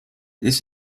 this